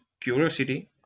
curiosity